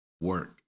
work